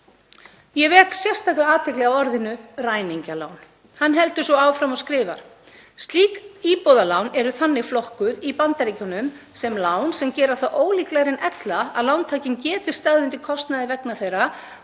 Ég vek sérstaklega athygli á orðinu ræningjalán. Hann heldur svo áfram og skrifar: „Slík íbúðalán eru þannig flokkuð í Bandaríkjunum sem lán sem geri það ólíklegra en ella að lántakinn geti staðið undir kostnaði vegna þeirra